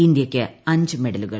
ഇന്ത്യയ്ക്ക് അഞ്ച് മെഡലുകൾ